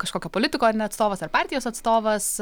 kažkokio politiko ar ne atstovas ar partijos atstovas